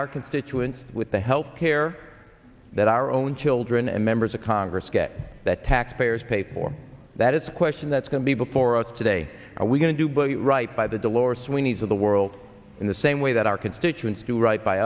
our constituents with the health care that our own children and members of congress get that taxpayers pay for that it's a question that's going to be before us today are we going to be right by the dolores weenies of the world in the same way that our constituents do right by